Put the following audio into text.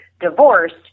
divorced